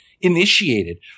initiated